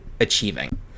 achieving